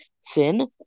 sin